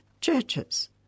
churches